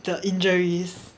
the injuries